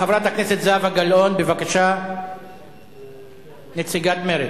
חברת הכנסת זהבה גלאון, בבקשה, נציגת מרצ.